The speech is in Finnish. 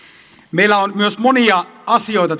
meillä on tässä hallitusohjelmassa myös monia asioita